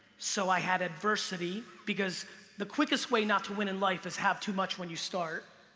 so i had adversity. because the quickest way not to win in life is have too much when you start.